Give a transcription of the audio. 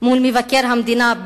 מול מבקר המדינה,